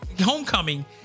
homecoming